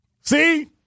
See